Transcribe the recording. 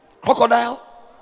Crocodile